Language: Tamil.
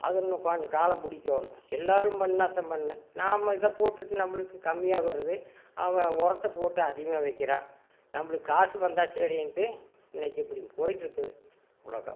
அது இன்னும் கொஞ்சம் காலம் பிடிக்கணும் எல்லாேரும் பண்ணால்தான் பண்ணிணேன் நாம் இதை போட்டுவிட்டு நம்மளுக்கு கம்மியாக வருது அவன் உரத்த போட்டு அதிகமாக வைக்கிறான் நம்மளுக்கு காசு வந்தால் சரின்ட்டு இன்றைக்கி இப்படி போய்கிட்ருக்குது உலகம்